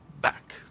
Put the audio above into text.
back